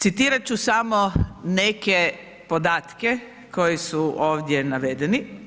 Citirat ću samo neke podatke koji su ovdje navedeni.